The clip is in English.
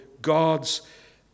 God's